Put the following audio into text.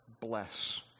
bless